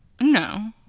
No